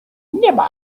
nearby